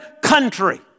country